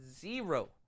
zero